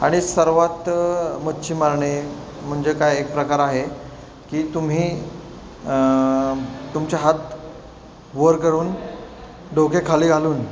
आणि सर्वात मच्छी मारणे म्हणजे काय एक प्रकार आहे की तुम्ही तुमच्या हात वर करून डोके खाली घालून